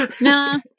Nah